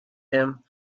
him